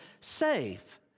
safe